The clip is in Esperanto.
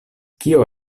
kio